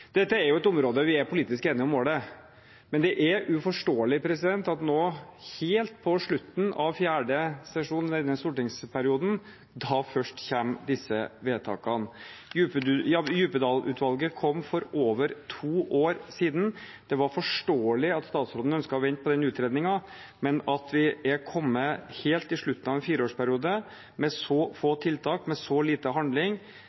Dette er et område hvor vi er politisk enige om målet, men det er uforståelig at disse vedtakene kommer først nå, helt på slutten av fjerde sesjon i denne stortingsperioden. Djupedal-utvalget kom for over to år siden. Det var forståelig at statsråden ønsket å vente på den utredningen, men at vi er kommet helt til slutten av en fireårsperiode med så få tiltak og så lite handling,